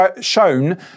shown